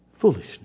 Foolishness